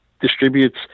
distributes